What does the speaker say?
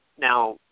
Now